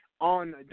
on